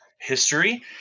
history